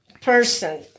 person